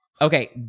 Okay